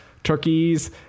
Turkeys